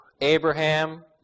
Abraham